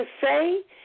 say